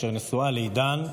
אשר נשואה לעידן,